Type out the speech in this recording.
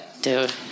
dude